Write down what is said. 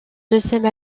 deuxième